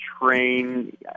train